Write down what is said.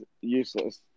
useless